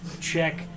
check